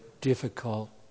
difficult